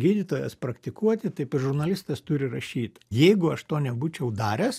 gydytojas praktikuoti taip ir žurnalistas turi rašyt jeigu aš to nebūčiau daręs